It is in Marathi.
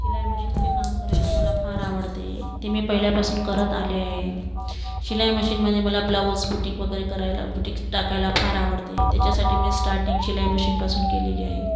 शिलाई मशीनचे काम करायला मला फार आवडते ते मी पहिल्यापासून करत आले आहे शिलाई मशीनमध्ये मला ब्लाउज बुटीक वगैरे करायला बुटीक टाकायला फार आवडते त्याच्यासाठी मी स्टारटिंग शिलाई मशीनपासून केलेली आहे